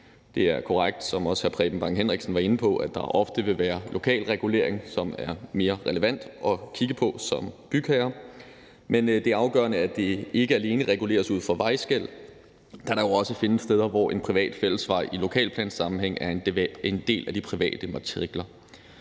Det er korrekt, som også hr. Preben Bang Henriksen var inde på, at der ofte vil være lokal regulering, som er mere relevant at kigge på som bygherre, men det er afgørende, at det ikke alene reguleres ud fra vejskel, da der jo også findes steder, hvor en privat fællesvej i lokalplanssammenhæng er en del af de private matrikler.